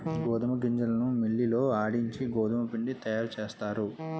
గోధుమ గింజలను మిల్లి లో ఆడించి గోధుమపిండి తయారుచేస్తారు